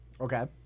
Okay